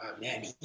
Man